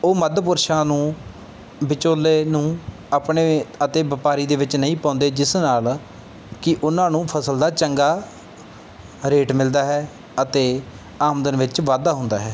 ਉਹ ਮੱਧ ਪੁਰਸ਼ਾਂ ਨੂੰ ਵਿਚੋਲੇ ਨੂੰ ਆਪਣੇ ਅਤੇ ਵਪਾਰੀ ਦੇ ਵਿੱਚ ਨਹੀਂ ਪਾਉਂਦੇ ਜਿਸ ਨਾਲ ਕਿ ਉਹਨਾਂ ਨੂੰ ਫਸਲ ਦਾ ਚੰਗਾ ਰੇਟ ਮਿਲਦਾ ਹੈ ਅਤੇ ਆਮਦਨ ਵਿੱਚ ਵਾਧਾ ਹੁੰਦਾ ਹੈ